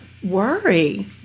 worry